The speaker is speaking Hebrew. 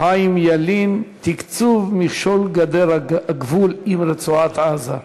חיים ילין: תקצוב מכשול גדר הגבול עם רצועת-עזה.